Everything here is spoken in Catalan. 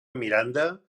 miranda